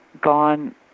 gone